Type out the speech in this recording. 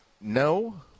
No